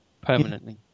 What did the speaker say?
permanently